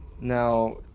Now